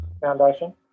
foundation